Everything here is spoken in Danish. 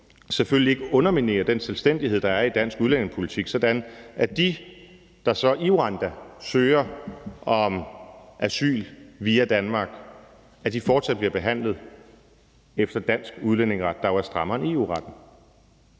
selvfølgelig ikke underminerer den selvstændighed, der er i dansk udlændingepolitik, sådan at de, der så i Rwanda søger om asyl via Danmark, fortsat bliver behandlet efter dansk udlændingeret, der jo er strammere end EU-retten.